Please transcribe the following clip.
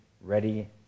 ready